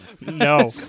No